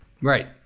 Right